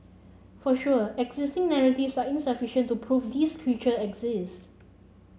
for sure existing narratives are insufficient to prove this creature exists